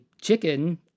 chicken